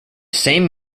same